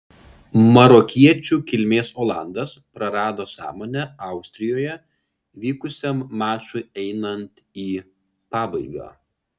marokiečių kilmės olandas prarado sąmonę austrijoje vykusiam mačui einant į pabaigą